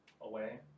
away